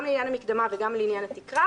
גם לעניין המקדמה וגם לעניין התקרה,